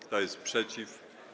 Kto jest przeciw?